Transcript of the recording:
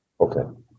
Okay